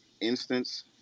instance